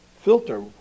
filter